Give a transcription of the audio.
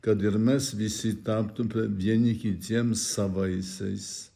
kad ir mes visi taptume vieni kitiems savaisiais